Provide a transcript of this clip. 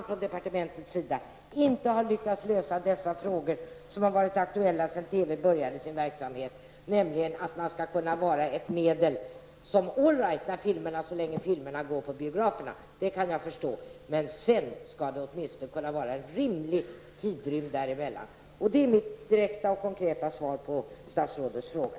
Från departementets sida har man inte heller lyckats lösa de frågor som har varit aktuella sedan TV började sin verksamhet, nämligen att man skall kunna visa biofilmer inom rimlig tid från det att de har visats på biograferna -- all right, jag kan förstå att det inte går så länge filmerna visas på biograferna. Det är mitt direkta svar på statsrådets fråga.